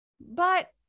but-